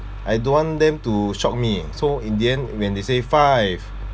I don't want them to shock me so in the end when they say five